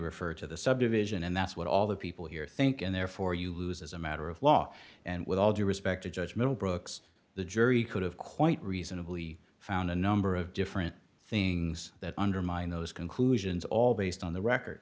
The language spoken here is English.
refer to the subdivision and that's what all the people here think and therefore you lose as a matter of law and with all due respect to judge middlebrooks the jury could have quite reasonably found a number of different things that undermine those conclusions all based on the record